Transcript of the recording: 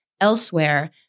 elsewhere